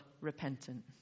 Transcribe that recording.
repentant